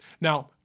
Now